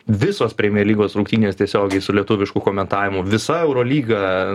visos premier lygos rungtynės tiesiogiai su lietuvišku komentavimu visa eurolyga